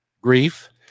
grief